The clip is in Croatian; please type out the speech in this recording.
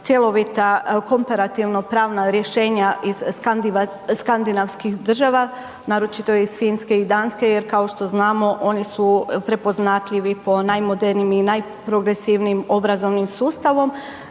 cjelovita komparativno-pravna rješenja iz skandinavskih država, naročito iz Finske i Danske jer kao što znamo oni su prepoznatljivi po najmodernijim i najprogresivnijim obrazovnim sustavom